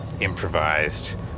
improvised